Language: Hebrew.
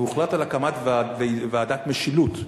והוחלט על הקמת ועדת משילות,